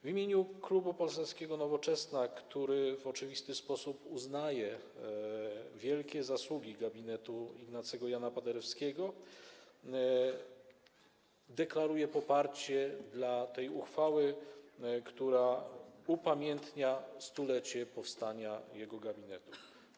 W imieniu Klubu Poselskiego Nowoczesna, który w oczywisty sposób uznaje wielkie zasługi gabinetu Ignacego Jana Paderewskiego, deklaruję poparcie dla tej uchwały, która upamiętnia stulecie powstania jego gabinetu.